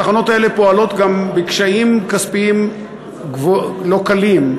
התחנות האלה פועלות גם בקשיים כספיים לא קלים,